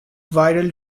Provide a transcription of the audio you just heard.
viral